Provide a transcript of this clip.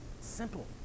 Simple